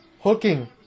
hooking